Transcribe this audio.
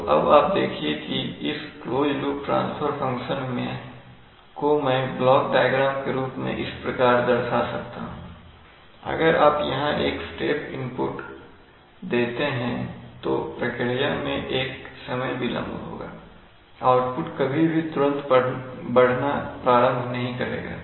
तो अब आप देखिए की इस क्लोज लूप ट्रांसफर फंक्शन को मैं ब्लॉक डायग्राम के रूप में इस प्रकार दर्शा सकता हूं अगर आप यहां एक स्टेप इनपुट देते हैं तो प्रतिक्रिया में एक समय विलंब होगाआउटपुट कभी भी तुरंत बढ़ना प्रारंभ नहीं करेगा